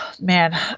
man